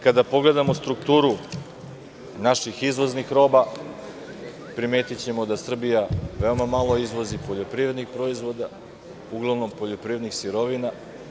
Kada pogledamo strukturu naših izvoznih roba, primetićemo da Srbija veoma malo izvozi poljoprivrednih proizvoda, uglavnom poljoprivrednih sirovina.